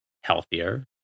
healthier